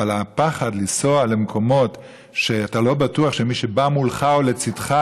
אבל הפחד לנסוע במקומות שאתה לא בטוח שמי שבא מולך או לצידך,